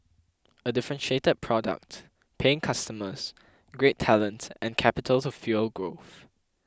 a differentiated product paying customers great talent and capital to fuel growth